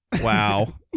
Wow